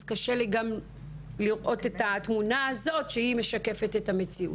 אז קשה לי גם לראות את התמונה הזאת שהיא משקפת את המציאות.